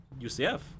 ucf